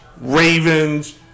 Ravens